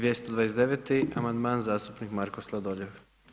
229. amandman, zastupnik Marko Sladoljev.